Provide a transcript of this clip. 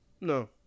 no